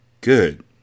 Good